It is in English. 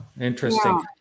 interesting